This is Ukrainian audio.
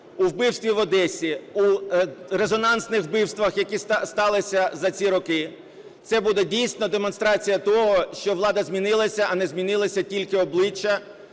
у вбивстві в Одесі, у резонансних вбивствах, які сталися за ці роки. Це буде дійсно демонстрація того, що влада змінилася, а не змінилося тільки обличчя,